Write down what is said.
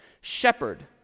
Shepherd